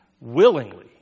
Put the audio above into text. willingly